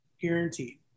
guaranteed